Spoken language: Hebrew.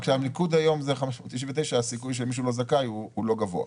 רק שהניקוד היום זה 599. הסיכוי שמישהו לא זכאי הוא לא גבוה.